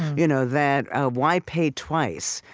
you know, that ah why pay twice,